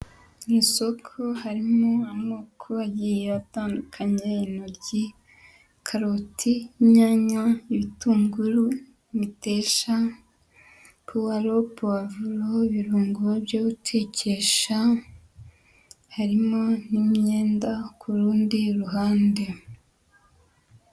Mu isoko harimo amoko agiye atandukanye: intoryi, karoti, inyanya, ibitunguru, imiteja, puwaro, puwavuro, ibirungo byo gutekesha, harimo n'imyenda ku rundi ruhande.